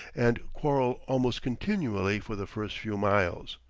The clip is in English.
and quarrel almost continually for the first few miles.